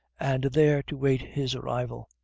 and there to wait his arrival.